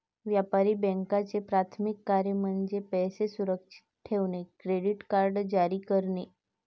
व्यापारी बँकांचे प्राथमिक कार्य म्हणजे पैसे सुरक्षित ठेवणे, क्रेडिट कार्ड जारी करणे इ